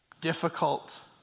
difficult